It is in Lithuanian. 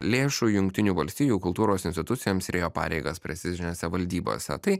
lėšų jungtinių valstijų kultūros institucijoms ir ėjo pareigas prestižinėse valdybose tai